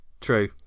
true